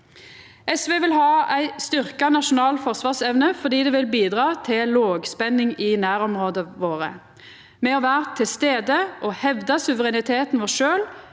SV vil ha ei styrkt nasjonal forsvarsevne fordi det vil bidra til lågspenning i nærområda våre. Ved å vera til stades og hevda suvereniteten vår sjølv